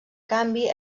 canvi